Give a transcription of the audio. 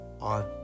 on